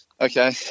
okay